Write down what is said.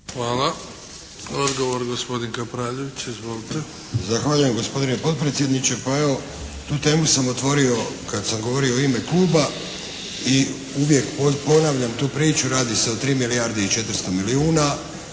Hvala. Odgovor gospodin Kapraljević. Izvolite! **Kapraljević, Antun (HNS)** Zahvaljujem gospodine potpredsjedniče. Pa evo, tu temu sam otvorio kad sam govorio u ime kluba i uvijek ponavljam tu priču. Radi se o 3 milijarde i 400 milijuna.